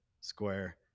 square